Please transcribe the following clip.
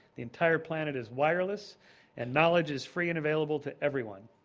the entire planet is wireless and knowledge is free and available to everyone.